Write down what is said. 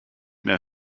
mehr